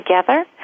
together